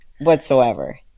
whatsoever